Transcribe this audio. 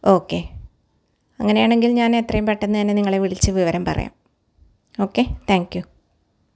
okay അങ്ങനെയാണെങ്കില് ഞാന് എത്രയും പെട്ടന്ന്തന്നെ നിങ്ങളെ വിളിച്ച് വിവരം പറയാം ഒക്കെ താങ്ക്യൂ